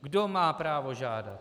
Kdo má právo žádat?